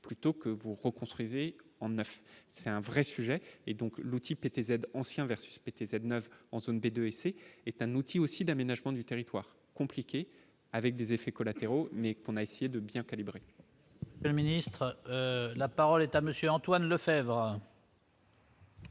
plutôt que vous reconstruisait en 9, c'est un vrai sujet et donc l'outil PTZ ancien versus PTZ 9 en zone B2 et C, est un outil aussi d'aménagement du territoire compliqués avec des effets collatéraux mais on a essayé de bien calibrée. Le ministre, la parole est à monsieur Antoine Lefèvre.